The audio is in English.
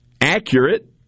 accurate